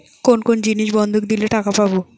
কোন কোন জিনিস বন্ধক দিলে টাকা পাব?